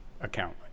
account